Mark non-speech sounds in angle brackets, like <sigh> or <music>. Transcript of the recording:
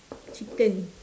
chicken <laughs>